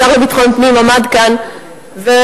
השר לביטחון פנים עמד כאן ובעוז,